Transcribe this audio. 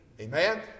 Amen